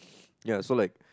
ya so like